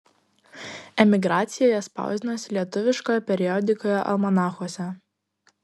emigracijoje spausdinosi lietuviškoje periodikoje almanachuose